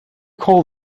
call